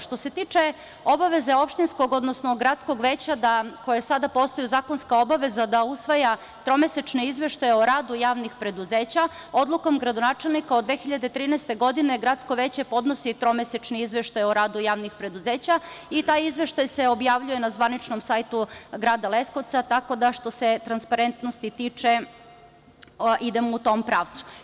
Što se tiče obaveze opštinskog, odnosno gradskog veća koje sada postaju zakonska obaveza da usvaja tromesečne izveštaje o radu javnih preduzeća, odlukom gradonačelnika od 2013. godine, gradsko veće podnosi tromesečni izveštaj o radu javnih preduzeća i taj izveštaj se objavljuje na zvaničnom sajtu grada Leskovca, tako da, što se transparentnosti tiče, idemo u tom pravcu.